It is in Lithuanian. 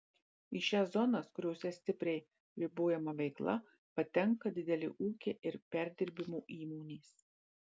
į šias zonas kuriose stipriai ribojama veikla patenka dideli ūkiai ir perdirbimo įmonės